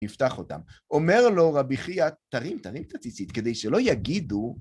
נפתח אותם. אומר לו רבי חיה, תרים תרים את הציצית כדי שלא יגידו